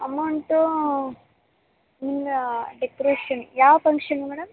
amount decretion ಯಾವ function madam